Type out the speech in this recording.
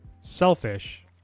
selfish